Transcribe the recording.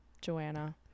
joanna